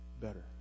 better